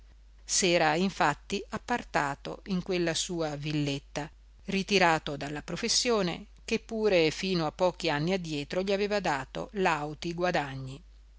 s'era infatti appartato in quella sua villetta ritirato dalla professione che pure fino a pochi anni addietro gli aveva dato lauti guadagni